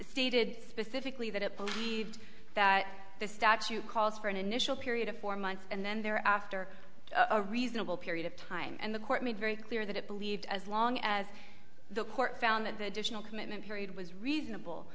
stated specifically that it believed that the statute calls for an initial period of four months and then there after a reasonable period of time and the made very clear that it believed as long as the court found that the additional commitment period was reasonable